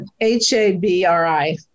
H-A-B-R-I